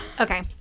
Okay